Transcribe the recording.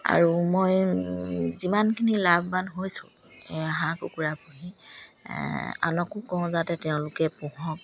আৰু মই যিমানখিনি লাভৱান হৈছোঁ হাঁহ কুকুৰা পুহি আনকো কওঁ যাতে তেওঁলোকে পোহক